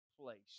place